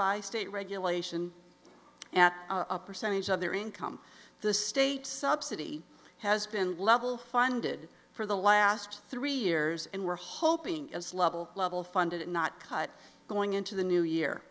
by state regulation at a percentage of their income the state subsidy has been level funded for the last three years and we're hoping as level level funded and not cut going into the new year